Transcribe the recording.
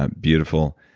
ah beautiful.